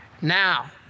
Now